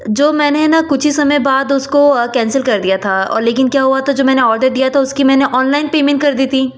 जो मैंने न कुछ ही समय बाद उसको कैंसिल कर दिया था और लेकिन क्या हुआ था जो मैंने ऑर्डर दिया था उसकी मैंने ऑनलाइन पेमेंट कर दी थी